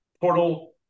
portal